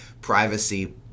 privacy